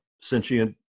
sentient